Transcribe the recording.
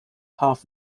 half